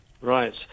Right